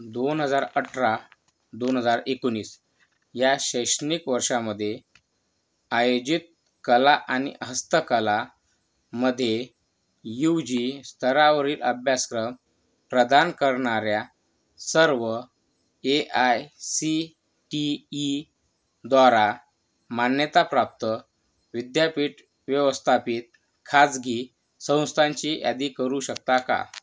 दोन हजार अठरा दोन हजार एकोणीस या शैक्षणिक वर्षामध्ये आयोजित कला आणि हस्तकलामध्ये यू जी स्तरावरील अभ्यासक्रम प्रदान करणाऱ्या सर्व ए आय सी टी ईद्वारा मान्यताप्राप्त विद्यापीठ व्यवस्थापित खाजगी संस्थांची यादी करू शकता का